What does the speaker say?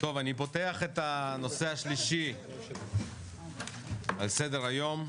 אני פותח את הנושא השלישי על סדר היום,